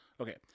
Okay